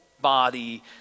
body